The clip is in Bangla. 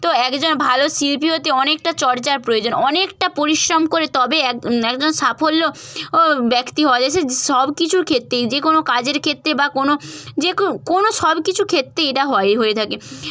তো একজন ভালো শিল্পী হতে অনেকটা চর্চার প্রয়োজন অনেকটা পরিশ্রম করে তবে এক একজন সাফল্য ব্যক্তি হয় এ সে সব কিছুর ক্ষেত্রেই যে কোনো কাজের ক্ষেত্রে বা কোনো যে কেউ কোনো সব কিছু ক্ষেত্রেই এটা হয় এটা হয়ে থাকে